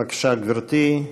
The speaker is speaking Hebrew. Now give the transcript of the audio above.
בבקשה, גברתי.